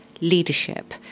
leadership